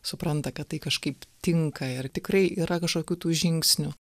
supranta kad tai kažkaip tinka ir tikrai yra kažkokių tų žingsnių